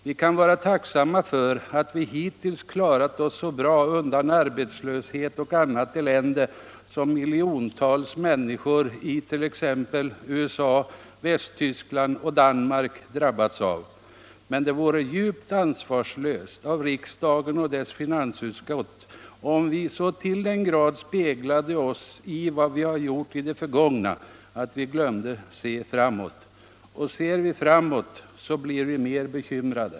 Vi kan vara tacksamma för att vi hittills klarat oss så bra undan arbetslöshet och annat elände som miljontals människor i t.ex. USA, Västtyskland och Danmark har drabbats av. Men det vore djupt ansvarslöst av riksdagen och dess finansutskott om vi så till den grad speglade oss i vad vi gjort i det förgångna att vi glömde se framåt. Och ser vi framåt, så blir vi mer bekymrade.